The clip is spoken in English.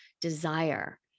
desire